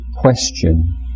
question